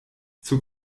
zur